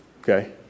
Okay